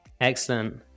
Excellent